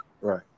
right